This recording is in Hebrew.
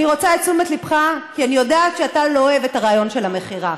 אני רוצה את תשומת ליבך כי אני יודעת שאתה לא אוהב את הרעיון של המכירה.